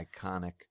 iconic